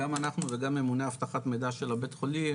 גם אנחנו גם וגם ממונה אבטחת מידע של הבית חולים,